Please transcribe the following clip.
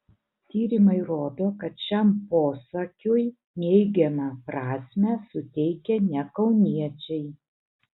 tyrimai rodo kad šiam posakiui neigiamą prasmę suteikia ne kauniečiai